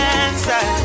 answer